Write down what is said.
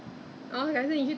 then 他就跟我讲 err